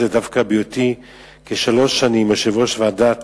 דווקא בהיותי כשלוש שנים יושב-ראש הוועדה